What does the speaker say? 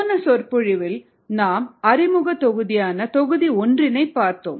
போன சொற்பொழிவில் நாம் அறிமுக தொகுதியான தொகுதி ஒன்றினை பார்த்தோம்